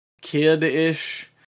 kid-ish